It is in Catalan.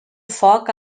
foc